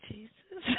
Jesus